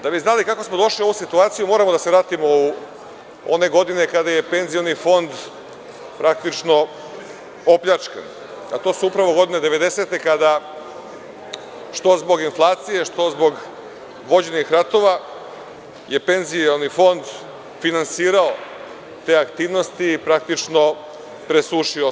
Da bismo znali kako smo došli u ovu situaciju, moramo da se vratimo u one godine, kada je penzioni fond praktično opljačkan, a to su devedesete godine, kada, što zbog inflacije, što zbog vođenih ratova je penzioni fond finansirao te aktivnosti i praktično presušio tada.